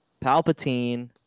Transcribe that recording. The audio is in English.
Palpatine